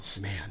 Man